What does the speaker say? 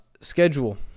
schedule